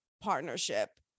partnership